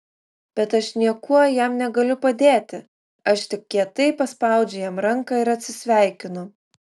bet aš niekuo jam negaliu padėti aš tik kietai paspaudžiu jam ranką ir atsisveikinu